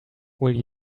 will